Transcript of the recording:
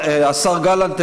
השר גלנט,